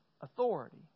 authority